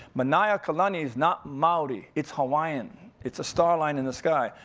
manaiakalani is not maori, it's hawaiian. it's a starline in the sky.